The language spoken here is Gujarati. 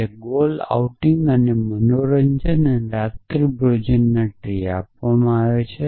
તો ગોલ જેવાકે આઉટિંગ અને મનોરંજન અને ડિનરનું ટ્રી આપવામાં આવે છે